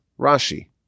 Rashi